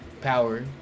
power